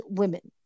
women